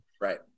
right